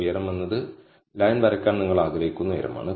ഉയരം എന്നത് ലൈൻ വരയ്ക്കാൻ നിങ്ങൾ ആഗ്രഹിക്കുന്ന ഉയരമാണ്